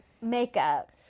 makeup